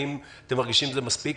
האם אתם מרגישים שזה מספיק?